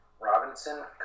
Robinson